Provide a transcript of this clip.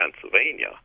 Pennsylvania